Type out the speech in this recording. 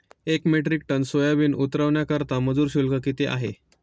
एक metric ton soybean उतरवण्याकरता मजूर शुल्क किती आहे?